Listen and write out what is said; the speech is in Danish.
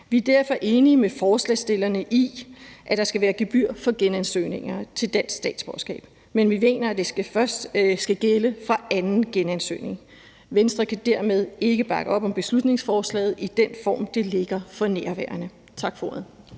Vi er derfor enige med forslagsstillerne i, at der skal være et gebyr for genansøgninger til et dansk statsborgerskab, men vi mener, at det først skal gælde fra den anden genansøgning. Venstre kan dermed ikke bakke op om beslutningsforslaget i den form, det for nærværende foreligger.